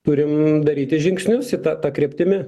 turim daryti žingsnius į tą ta kryptimi